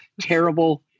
Terrible